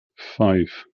five